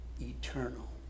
eternal